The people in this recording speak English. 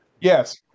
Yes